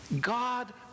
God